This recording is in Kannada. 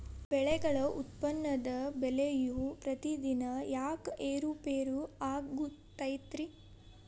ಬೆಳೆಗಳ ಉತ್ಪನ್ನದ ಬೆಲೆಯು ಪ್ರತಿದಿನ ಯಾಕ ಏರು ಪೇರು ಆಗುತ್ತೈತರೇ?